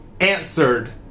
answered